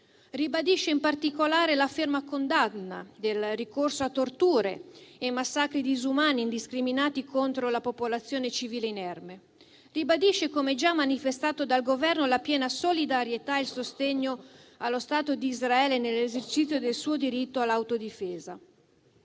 ribadisce in particolare la ferma condanna del ricorso a torture e massacri disumani indiscriminati contro la popolazione civile inerme; ribadisce, come già manifestato dal Governo, la piena solidarietà e il sostegno allo Stato di Israele nell'esercizio del suo diritto all'autodifesa;